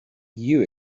you